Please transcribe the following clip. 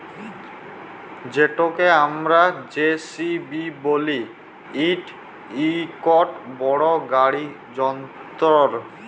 যেটকে আমরা জে.সি.বি ব্যলি ইট ইকট বড় গাড়ি যল্তর